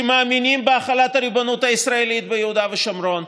שמאמינים בהחלת הריבונות הישראלית ביהודה ושומרון.